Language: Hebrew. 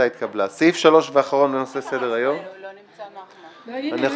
הצבעה בעד, רוב נגד, מיעוט נמנעים,